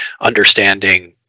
Understanding